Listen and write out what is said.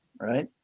right